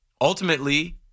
Ultimately